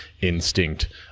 instinct